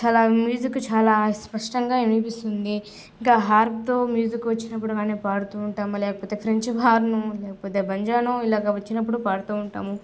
చాలా మ్యూజిక్ చాలా స్పష్టంగా వినిపిస్తుంది ఇంకా హర్దో మ్యూజిక్ వచ్చినప్పుడు ఇలానే పాడుతు ఉంటాము లేకపోతే ఫ్రెంచ్ హార్మో లేకపోతే బంజానో ఇలాగ వచ్చినప్పుడు పాడుతు ఉంటాము